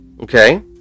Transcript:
okay